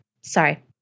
Sorry